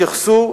התייחסו